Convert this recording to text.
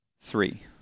three